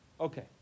Okay